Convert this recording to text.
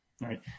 Right